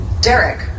Derek